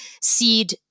seed